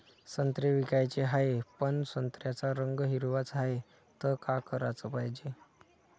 संत्रे विकाचे हाये, पन संत्र्याचा रंग हिरवाच हाये, त का कराच पायजे?